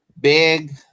Big